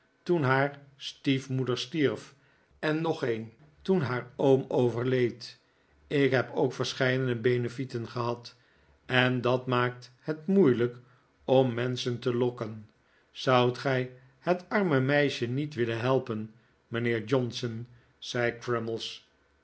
toen haar stiefmoeder stierf en nog een toen haar oom overleed ik heb ook verscheidene benefieten gehad en dat maakt het moeilijk om menschen te lokken zoudt gij het arme meisje niet willen helpen mynheer johnson zei